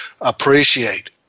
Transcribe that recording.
appreciate